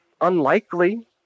unlikely